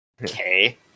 Okay